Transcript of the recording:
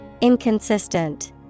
Inconsistent